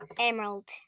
Emerald